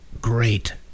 great